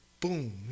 boom